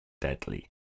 deadly